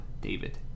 David